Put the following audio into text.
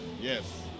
Yes